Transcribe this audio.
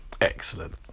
Excellent